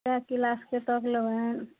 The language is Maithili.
कए क्लास कए तब लेबहनि